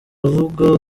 avuga